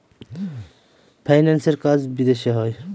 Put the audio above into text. ফাইন্যান্সের কাজ বিদেশে হয়